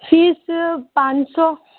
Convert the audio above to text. face پانچ سو